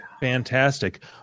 fantastic